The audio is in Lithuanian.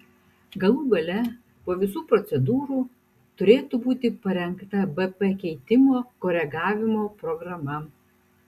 galų gale po visų procedūrų turėtų būti parengta bp keitimo koregavimo programa